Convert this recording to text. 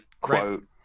quote